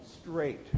straight